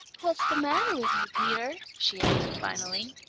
what's the matter with you, peter? she asked finally.